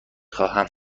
خواهم